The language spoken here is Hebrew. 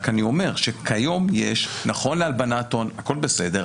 כיום יש, נכון להלבנת הון - הכול בסדר.